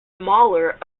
smaller